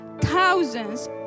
Thousands